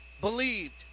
believed